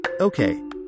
Okay